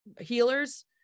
healers